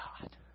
God